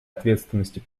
ответственности